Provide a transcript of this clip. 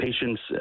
patients